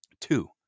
two